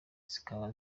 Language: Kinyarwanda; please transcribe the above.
zikaba